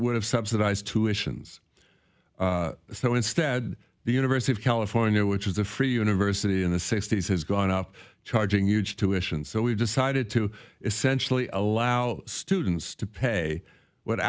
would have subsidized tuitions so instead the university of california which is a free university in the sixty's has gone up charging huge tuitions so we decided to essentially allow students to pay what